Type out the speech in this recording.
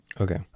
Okay